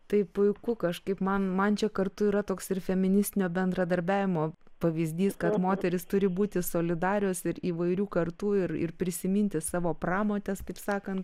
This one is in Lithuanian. tai puiku kažkaip man man čia kartu yra toks ir feministinio bendradarbiavimo pavyzdys kad moterys būti solidarios ir įvairių kartų ir ir prisiminti savo pramones taip sakant